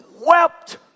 Wept